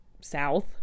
South